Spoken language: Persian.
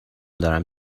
دارم